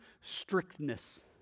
strictness